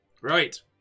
Right